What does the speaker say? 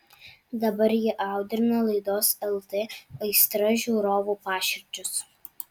dabar ji audrina laidos lt aistra žiūrovų paširdžius